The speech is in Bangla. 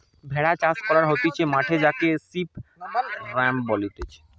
ভেড়া চাষ করা হতিছে মাঠে যাকে সিপ রাঞ্চ বলতিছে